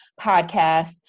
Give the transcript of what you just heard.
podcast